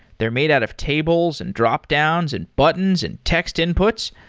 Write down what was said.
they're made out of tables, and dropdowns, and buttons, and text inputs.